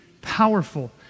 powerful